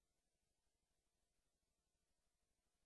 היום אתה לא יודע אז תדע, חברת